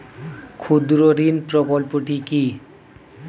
ক্ষুদ্রঋণ প্রকল্পটি কি?